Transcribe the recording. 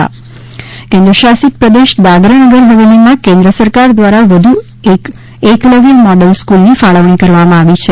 Eklavya school કેન્દ્ર શાસિત પ્રદેશ દાદરા નગર હવેલીમાં કેન્દ્ર સરકાર દ્વારા વધુ એક એકલવ્ય મોડલ સ્ક્રલની ફાળવણી કરવામાં આવી છે